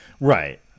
Right